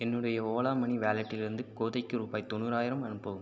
என்னுடைய ஓலா மணி வாலட்டிலிருந்து கோதைக்கு ரூபாய் தொண்ணூறாயிரம் அனுப்பவும்